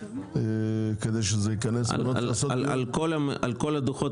כדי שזה ייכנס --- על כל הדוחות